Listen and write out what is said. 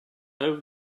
over